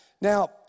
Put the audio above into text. Now